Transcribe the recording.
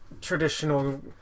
traditional